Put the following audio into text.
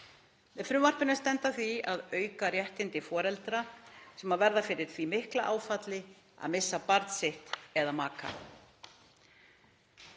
Með frumvarpinu er stefnt að því að auka réttindi foreldra sem verða fyrir því mikla áfalli að missa barn sitt eða maka.